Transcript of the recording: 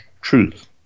truth